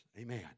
Amen